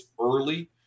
early